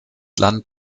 land